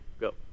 Go